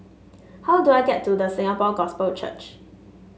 how do I get to The Singapore Gospel Church